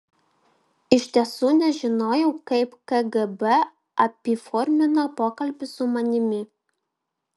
iš tiesų nežinojau kaip kgb apiformino pokalbį su manimi